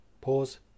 pause